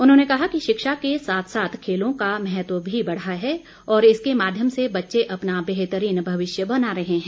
उन्होंने कहा कि शिक्षा के साथ साथ खेलों का महत्व भी बढ़ा है और इसके माध्यम से बच्चे अपना बेहतरीन भविष्य बना रहे हैं